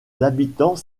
habitants